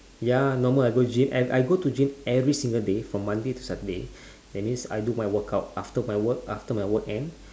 ya normal I go gym I and I go to gym every single day from monday to saturday that means I do my workout after my work after my work end